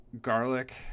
garlic